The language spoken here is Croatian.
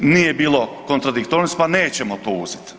Nije bilo kontradiktornosti pa nećemo to uzeti.